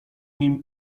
nim